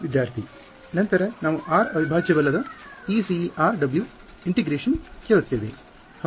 ವಿದ್ಯಾರ್ಥಿ ನಂತರ ನಾವು R ಅವಿಭಾಜ್ಯ ಬಲದ E c e r W ಏಕೀಕರಣವನ್ನುಇಂಟಿಗ್ರೇಷನ್ ಕೇಳುತ್ತೇವೆ